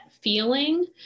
feeling